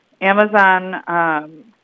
Amazon